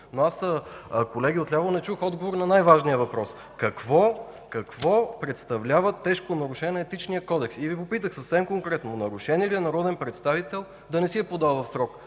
закона. Колеги отляво, не чух отговор на най-важния въпрос – какво представлява тежко нарушение на Етичния кодекс и Ви попитах съвсем конкретно: нарушение ли е народен представител да не си е подал в срок